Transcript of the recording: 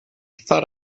thought